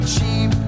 Cheap